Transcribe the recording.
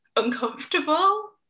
Uncomfortable